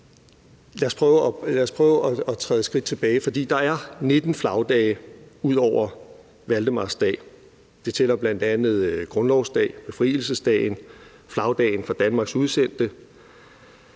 Lad os prøve at træde et skridt tilbage, for der er 19 flagdage ud over valdemarsdag. De tæller bl.a. grundlovsdag, befrielsesdagen og flagdagen for Danmarks udsendte.